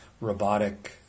robotic